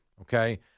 Okay